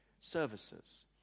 services